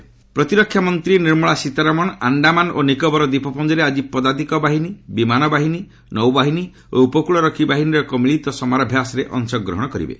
ସୀତାରମଣ ପ୍ରତିରକ୍ଷା ମନ୍ତ୍ରୀ ନୀର୍ମଳା ସୀତାରମଣ ଆଣ୍ଡାମାନ ଓ ନିକୋବର ଦ୍ୱୀପପୁଞ୍ଜରେ ଆଜି ପଦାତିକ ବାହିନୀ ବିମାନ ବାହିନୀ ନୌବାହିନୀ ଓ ଉପକୂଳରକ୍ଷୀ ବାହିନୀର ଏକ ମିଳିତ ସମରାଭ୍ୟାସରେ ଅଂଶଗ୍ରହଣ କରିବେ